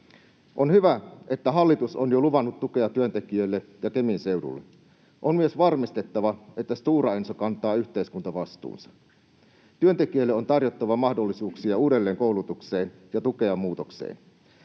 On hyvä, että hallitus on jo luvannut tukea työntekijöille ja Kemin seudulle. On myös varmistettava, että Stora Enso kantaa yhteiskuntavastuunsa. Työntekijöille on tarjottava mahdollisuuksia uudelleenkoulutukseen ja tukea muutokseen.